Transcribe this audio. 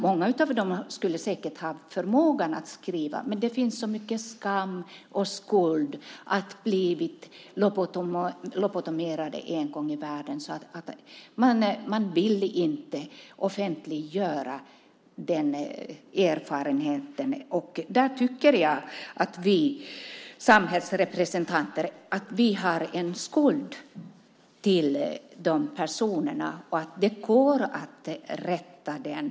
Många av dem skulle säkert ha förmågan att skriva, men det finns så mycket skam och skuld i att man har blivit lobotomerad en gång i världen att man inte vill offentliggöra den erfarenheten. Jag tycker att vi samhällsrepresentanter har en skuld till de här personerna, och det går att komma till rätta med den.